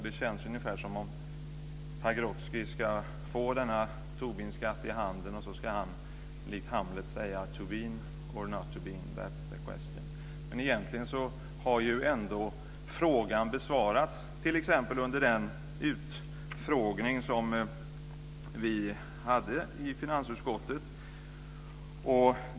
Det känns ungefär som att Pagrotsky ska få denna Tobinskatt i handen och likt Hamlet säga: Tobin or not Tobin, that is the question. Egentligen har frågan besvarats, t.ex. under den utfrågning som vi hade i finansutskottet.